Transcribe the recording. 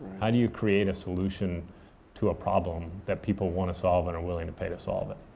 how do you create a solution to a problem that people want to solve and are willing to pay to solve it?